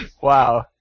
Wow